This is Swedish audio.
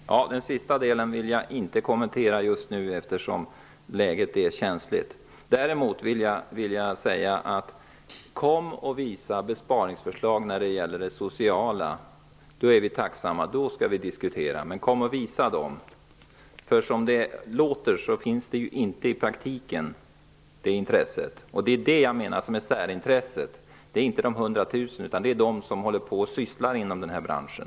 Herr talman! Den sista delen av Eva Zetterbergs replik vill jag inte kommentera just nu, eftersom läget är känsligt. Däremot vill jag säga: Kom och visa besparingsförslag när det gäller det sociala! Då är vi tacksamma, och då skall vi diskutera. Som det nu låter, finns inte det intresset i praktiken. Det är det som jag menar är särintresset, dvs. inte de 100 000 människor som får socialbidrag, utan de som är sysselsatta inom den här branschen.